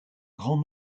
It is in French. grand